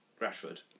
Rashford